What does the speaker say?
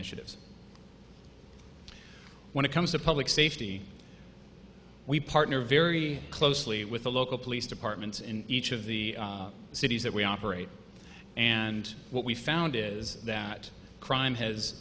initiatives when it comes to public safety we partner very closely with the local police departments in each of the cities that we operate and what we found is that crime has